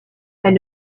elle